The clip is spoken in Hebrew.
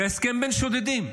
זה הסכם בין שודדים.